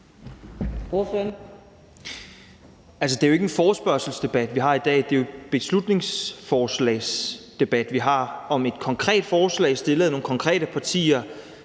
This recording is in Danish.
Det er jo ikke en forespørgselsdebat, vi har i dag. Det er en beslutningsforslagsdebat, vi har, om et konkret forslag fremsat af nogle konkrete partier